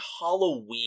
Halloween